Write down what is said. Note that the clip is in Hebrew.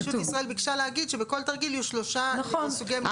נגישות ישראל ביקשה להגיד שבכל תרגיל יהיו שלושה סוגי מגבלות אחרים.